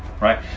right